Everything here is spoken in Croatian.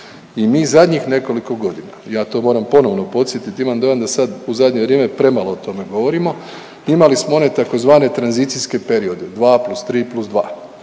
I mi zadnjih nekoliko godina ja to moram ponovno podsjetiti imam dojam da sad u zadnje vrijeme premalo o tome govorimo. Imali smo one tzv. tranzicijske periode 2 plus 3 plus 2.